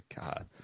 God